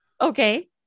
Okay